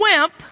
wimp